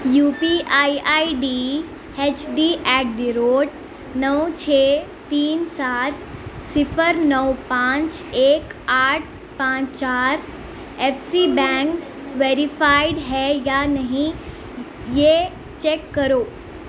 you P I I D H D at the rate نو چھ تین سات صفر نو پانچ ایک آٹھ پانچ چار ایف سی بینک ویریفائڈ ہے یا نہیں یہ چیک کرو